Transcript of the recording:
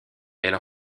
elle